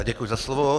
Děkuji za slovo.